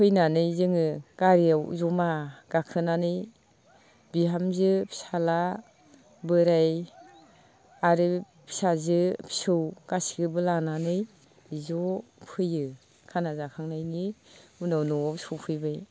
फैनानै जोङो गारियाव जमा गाखोनानै बिहामजो फिसाज्ला बोराय आरो फिसाजो फिसौ गासैबो लानानै ज' फैयो खाना जाखांनायनि उनाव न'आव सफैबाय